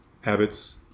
habits